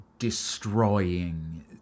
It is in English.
destroying